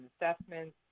assessments